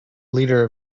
leader